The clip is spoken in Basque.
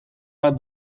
bat